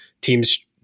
teams